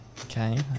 Okay